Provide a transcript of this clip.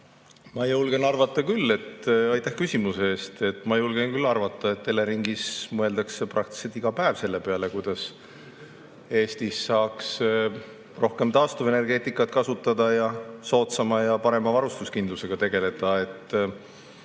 ära lahendatakse? Aitäh küsimuse eest! Ma julgen küll arvata, et Eleringis mõeldakse peaaegu iga päev selle peale, kuidas Eestis saaks rohkem taastuvenergeetikat kasutada, soodsama ja parema varustuskindlusega tegeleda.